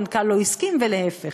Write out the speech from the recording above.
המנכ"ל לא הסכים ולהפך,